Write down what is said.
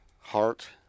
heart